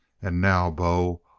and now, bo,